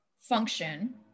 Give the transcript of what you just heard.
function